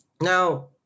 Now